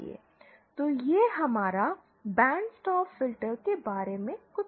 तो यह हमारे बैंड स्टॉप फिल्टर के बारे में कुछ था